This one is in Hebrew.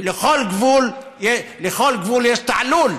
לכל גבול יש תעלול,